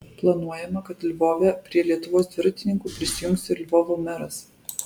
planuojama kad lvove prie lietuvos dviratininkų prisijungs ir lvovo meras